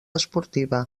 esportiva